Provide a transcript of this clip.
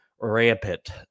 rampant